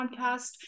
podcast